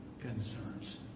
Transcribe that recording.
concerns